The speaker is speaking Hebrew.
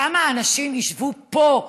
כמה אנשים ישבו פה,